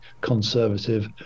conservative